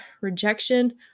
rejection